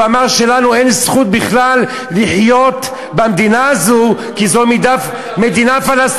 הוא אמר שלנו אין זכות בכלל לחיות במדינה הזאת כי זו מדינה פלסטינאית.